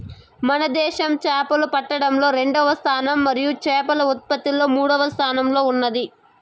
మన దేశం చేపలు పట్టడంలో రెండవ స్థానం మరియు చేపల ఉత్పత్తిలో మూడవ స్థానంలో ఉన్నాది